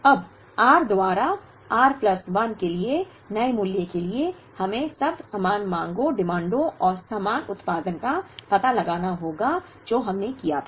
अब r द्वारा r plus 1 के नए मूल्य के लिए हमें अब समान मांगों और समान उत्पादन का पता लगाना होगा जो हमने किया था